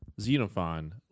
Xenophon